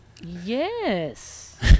Yes